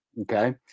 Okay